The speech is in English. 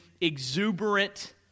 exuberant